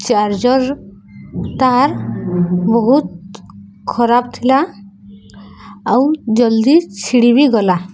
charger ତାର୍ ବହୁତ ଖରାପ ଥିଲା ଆଉ ଜଲ୍ଦି ଛିଡ଼ି ବି ଗଲା